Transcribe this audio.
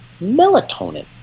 melatonin